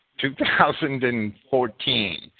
2014